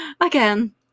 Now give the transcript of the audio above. Again